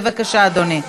בבקשה, אדוני.